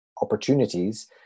opportunities